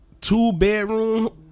two-bedroom